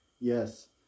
Yes